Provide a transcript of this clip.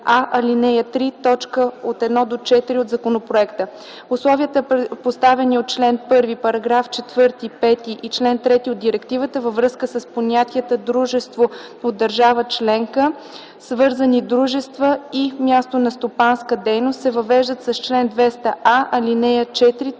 ал. 3, т. 1-4 от законопроекта. Условията, поставени от чл. 1, § 4, § 5 и чл. 3 от Директивата във връзка с понятията: „дружество от държава-членка”, „свързани дружества” и „място на стопанска дейност” се въвеждат с чл. 200а, ал. 4,